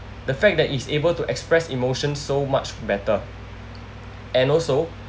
the fact that it's able to express emotions so much better and also